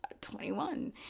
21